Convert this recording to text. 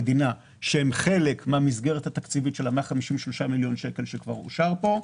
שהם חלק מן המסגרת התקציבית של 153 מיליון שקל שכבר אושרה פה.